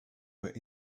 were